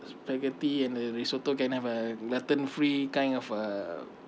spaghetti and the risotto can I have uh gluten free kind of uh